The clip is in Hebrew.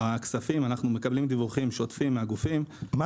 אנחנו מקבלים דיווחים שוטפים מהגופים לגבי הכספים.